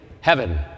heaven